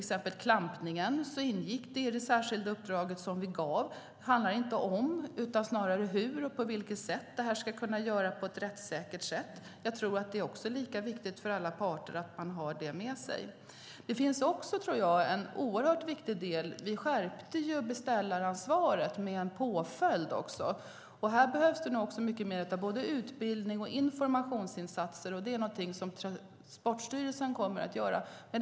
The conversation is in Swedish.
Klampning ingick i det särskilda uppdrag som vi gav. Det handlar inte om utan hur det ska kunna göras på ett rättssäkert sätt. Jag tror att det är lika viktigt för alla parter att man har det med sig. Viktigt är att vi skärpte beställaransvaret med en påföljd. Här behövs det nog mer av både utbildning och informationsinsatser, och det är något som Transportstyrelsen kommer att göra.